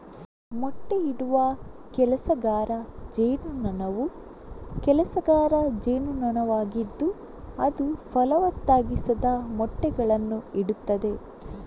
ಮೊಟ್ಟೆಯಿಡುವ ಕೆಲಸಗಾರ ಜೇನುನೊಣವು ಕೆಲಸಗಾರ ಜೇನುನೊಣವಾಗಿದ್ದು ಅದು ಫಲವತ್ತಾಗಿಸದ ಮೊಟ್ಟೆಗಳನ್ನು ಇಡುತ್ತದೆ